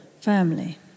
family